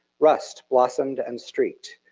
rust blossomed and streaked.